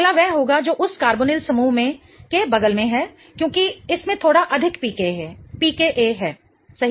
अगला वह होगा जो उस कार्बोनिल समूह के बगल में है क्योंकि इसमें थोड़ा अधिक pKa है सही